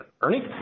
Ernie